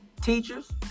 teachers